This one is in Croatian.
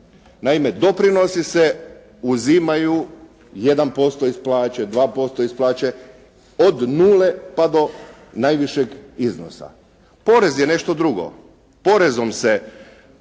Naime, doprinosi se uzimaju 1% iz plaće, 2% iz plaće od nule pa do najvišeg iznosa. Porez je nešto drugo. Porezom se